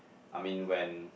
I mean when